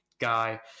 guy